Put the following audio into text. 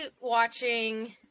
watching